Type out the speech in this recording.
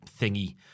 thingy